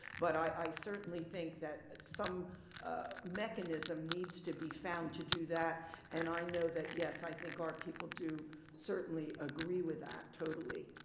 but i certainly think that some mechanism needs to be found to do that and i know that, yes, i think our people do certainly agree with that totally.